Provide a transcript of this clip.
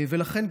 ולכן,